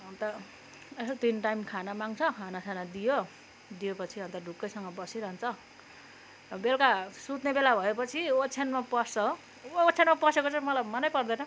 अन्त यसो तिन टाइम खाना माग्छ खाना साना दियो दिएपछि अब अन्त ढुक्कैसँग बसिरहन्छ बेलुका सुत्ने बेला भएपछि ओछ्यानमा पस्छ हो ओछ्यानमा पसेको चाहिँ मलाई मनै पर्दैन